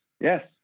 Yes